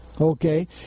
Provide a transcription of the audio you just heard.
Okay